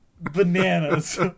bananas